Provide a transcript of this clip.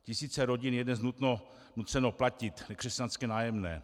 Tisíce rodin je dnes nuceno platit nekřesťanské nájemné.